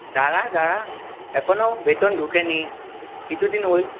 দাঁড়া দাঁড়া এখনও বেতন ঢোকেনি কিছুদিন ওয়েট